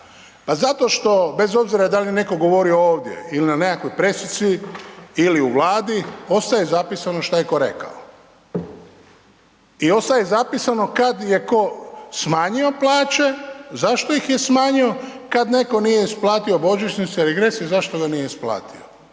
Pa zato što bez obzira da li je netko govorio ovdje ili na nekakvoj presici ili u Vladi, ostaje zapisano šta je ko rekao. I ostaje zapisano kad je ko smanjio plaće, zašto ih je smanjio, kad netko nije isplatio božićnice, regrese, zašto ga nije isplatio